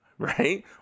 Right